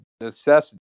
necessity